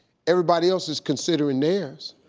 everybody else is considering theirs.